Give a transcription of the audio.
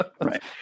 Right